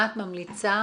מה את ממליצה